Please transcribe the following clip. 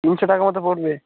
তিনশো টাকা মতো পড়বে